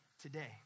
today